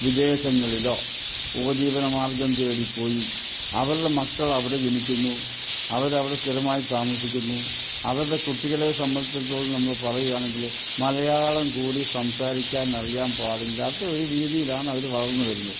വിദേശങ്ങളിലോ ഉപജീവനമാർഗ്ഗം തേടി പോയി അവരുടെ മക്കൾ അവിടെ ജനിക്കുന്നു അവരവിടെ സ്ഥിരമായി താമസിക്കുന്നു അവരുടെ കുട്ടികളെ സംബന്ധിച്ചെടുത്തോളം നമ്മൾ പറയുകയാണെങ്കിൽ മലയാളം കൂടി സംസാരിക്കാനറിയാൻ പാടില്ലാത്ത ഒരു രീതിയിലാണ് അവർ വളർന്നു വരുന്നത്